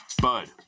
Bud